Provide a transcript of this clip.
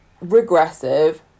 regressive